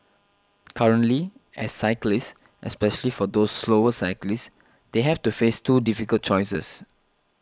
currently as cyclists especially for those slower cyclists they have to face two difficult choices